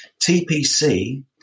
TPC